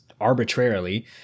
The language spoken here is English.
arbitrarily